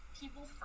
people